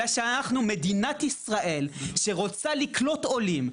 אלא שאנחנו מדינת ישראל שרוצה לקלוט עולים,